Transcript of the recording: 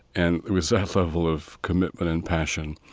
and it was that level of commitment and passion,